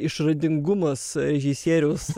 išradingumas režisieriaus